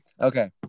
okay